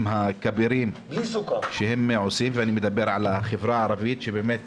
הכבירים שהם עושים ואני מדבר על החברה הערבית שבאמת